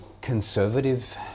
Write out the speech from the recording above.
conservative